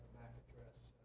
address